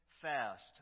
Fast